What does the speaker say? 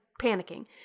panicking